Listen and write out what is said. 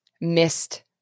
missed